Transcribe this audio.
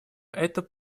это